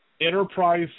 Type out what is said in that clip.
enterprise